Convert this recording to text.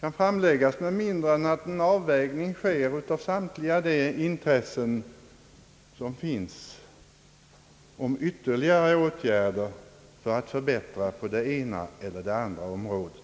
kan uppgöras med mindre än att en avvägning sker mellan samtliga de intressen som verkar för ytterligare åtgärder i syfte att åstadkomma förbättringar på olika områden.